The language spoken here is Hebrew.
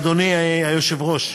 אדוני היושב-ראש,